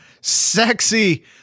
sexy